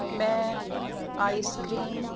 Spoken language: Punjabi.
ਮੈਂ ਆਈਸਕਰੀਮ